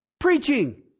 Preaching